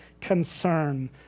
concern